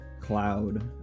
cloud